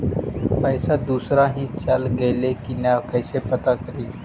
पैसा दुसरा ही चल गेलै की न कैसे पता करि?